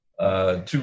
Two